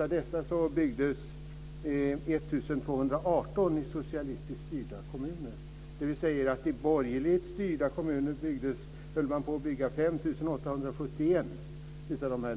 Av dessa byggdes 1 218 lägenheter i socialistiskt styrda kommuner, dvs. i borgerligt styrda kommuner höll man på att bygga resterande 5 871